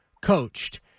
coached